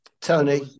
Tony